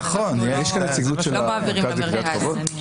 אנחנו לא מעבירים למרכז.